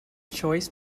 choice